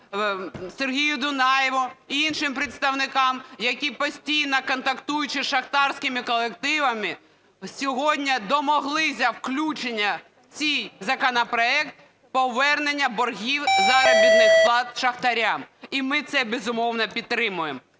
Сергію Дунаєву й іншим представникам, які постійно контактуючи з шахтарськими колективами, сьогодні домоглися включення в цей законопроект повернення боргів заробітних плат шахтарям. І ми це, безумовно, підтримуємо.